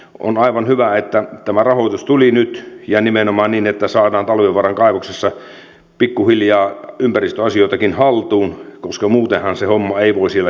on aivan hyvä että tämä rahoitus tuli nyt ja nimenomaan niin että saadaan talvivaaran kaivoksessa pikkuhiljaa ympäristöasioitakin haltuun koska muutenhan se homma ei voi siellä jatkua